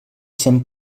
cent